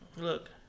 look